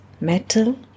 metal